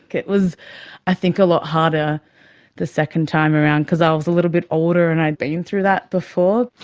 it was i think a lot harder the second time around because i was a little bit older and i'd been through that before.